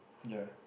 ya